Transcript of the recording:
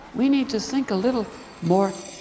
we need to think a little more,